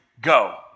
go